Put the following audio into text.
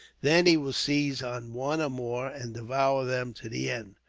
then he will seize on one or more, and devour them to the end,